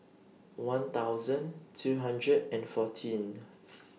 one thousand two hundred and fourteenth